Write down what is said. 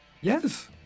yes